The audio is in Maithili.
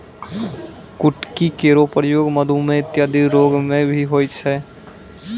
कुटकी केरो प्रयोग मधुमेह इत्यादि रोग म भी होय छै